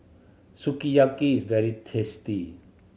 sukiyaki is very tasty